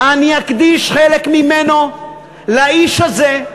אני אקדיש חלק ממנו לאיש הזה,